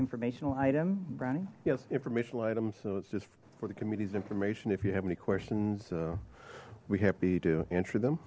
informational item ronnie yes informational items so it's just for the committee's information if you have any questions we happy to answer them